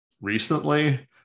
Recently